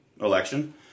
election